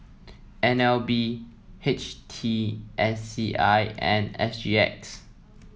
N L B H T S C I and S G X